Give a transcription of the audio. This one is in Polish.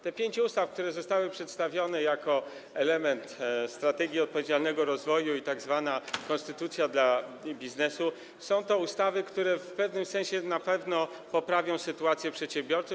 Te pięć ustaw, które zostały przedstawione jako element „Strategii odpowiedzialnego rozwoju”, i tzw. konstytucja dla biznesu, to są ustawy, które w pewnym sensie na pewno poprawią sytuację przedsiębiorców.